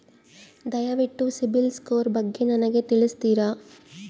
ದಯವಿಟ್ಟು ಸಿಬಿಲ್ ಸ್ಕೋರ್ ಬಗ್ಗೆ ನನಗೆ ತಿಳಿಸ್ತೀರಾ?